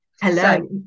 Hello